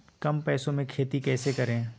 कम पैसों में खेती कैसे करें?